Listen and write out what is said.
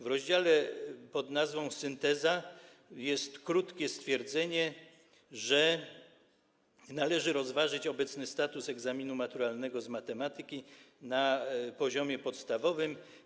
W rozdziale pod nazwą: Synteza jest krótkie stwierdzenie, że należy rozważyć obecny status egzaminu maturalnego z matematyki na poziomie podstawowym.